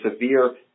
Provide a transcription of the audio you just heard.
severe